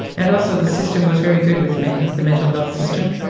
and also the system was very good with me, the mental health system.